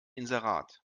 inserat